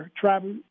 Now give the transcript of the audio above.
Travel